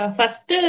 first